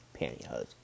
pantyhose